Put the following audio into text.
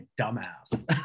dumbass